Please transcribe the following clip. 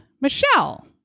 Michelle